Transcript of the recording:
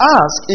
ask